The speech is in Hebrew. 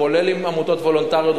עם עמותות וולונטריות,